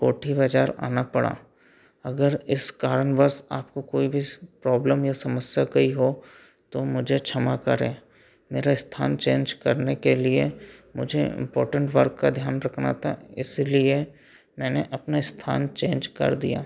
कोठी बाजार आना पड़ा अगर इस कारणवश आपको कोई भी प्रॉब्लम या समस्या कोई हो तो मुझे क्षमा करें मेरा स्थान चेंज करने के लिए मुझे इंर्पोटेंट वर्क का ध्यान रखना था इसलिए मैंने अपना स्थान चेंज कर दिया